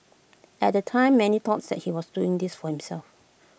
at the time many thought that he was doing this for himself